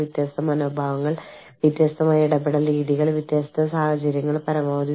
അന്താരാഷ്ട്ര തൊഴിൽ പോസ്റ്റിംഗുകൾ ലൊക്കേഷനുകൾ സമയം ജോലി ഉത്തരവാദിത്തങ്ങൾ ബാധകമായ തൊഴിൽ കരാറുകൾ